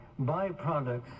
byproducts